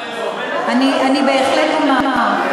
אני בהחלט אומר.